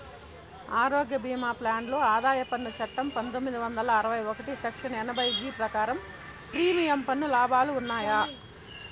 ఆరోగ్య భీమా ప్లాన్ లో ఆదాయ పన్ను చట్టం పందొమ్మిది వందల అరవై ఒకటి సెక్షన్ ఎనభై జీ ప్రకారం ప్రీమియం పన్ను లాభాలు ఉన్నాయా?